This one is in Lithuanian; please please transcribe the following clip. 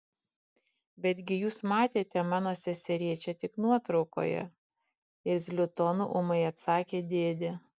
betgi jūs matėte mano seserėčią tik nuotraukoje irzliu tonu ūmai atsakė dėdė